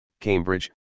Cambridge